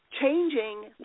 changing